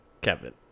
Kevin